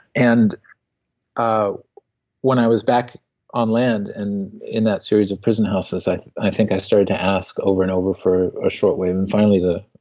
and when i was back on land, and in that series of prison houses i think i think i started to ask over and over for a shortwave, and finally the